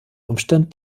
umstand